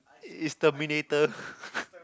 is terminator